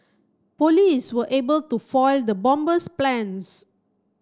police were able to foil the bomber's plans